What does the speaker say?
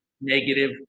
negative